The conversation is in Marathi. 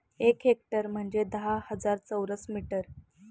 एक हेक्टर म्हणजे दहा हजार चौरस मीटर